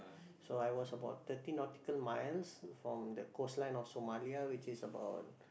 so I was about thirty nautical miles from the coastline of Somalia which is about